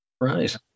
Right